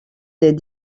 des